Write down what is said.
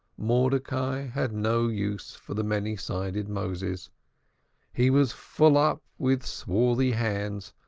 mordecai had no use for the many-sided moses he was full up with swarthy hands,